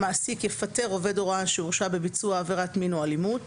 מעסיק יפטר עובד הוראה שהורשע בביצוע עבירת מין או אלימות,